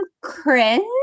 cringe